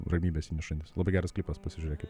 ramybės įnešantis labai geras klipas pasižiūrėki